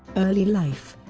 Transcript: early life